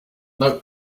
note